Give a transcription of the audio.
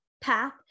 path